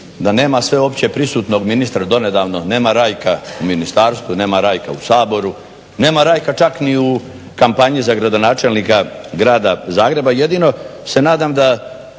da nema sveopće prisutnog ministra, donedavno, nema Rajka u ministarstvu i nema Rajka u Saboru, nema Rajka čak ni u kampanji za gradonačelnika Grada Zagreba jedino se nadam da